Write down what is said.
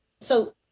So-